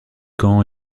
caen